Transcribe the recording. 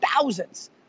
Thousands